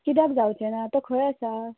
कित्याक जावचें ना तो खंय आसा